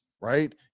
right